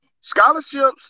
scholarships